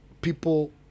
people